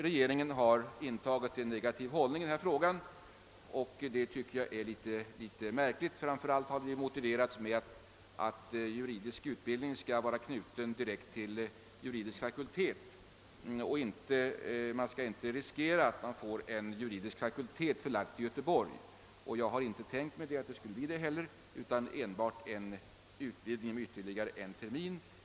Regeringen har emellertid intagit en negativ hållning i frågan vilket jag finner litet märkligt. Avslaget har framför allt motiverats med att juridisk utbildning skall vara direkt knuten till juridisk fakultet, och att man inte vill riskera att få en juridisk fakultet förlagd till Göteborg. Jag har inte heller tänkt mig detta utan enbart en utvidgning med ytterligare en termin.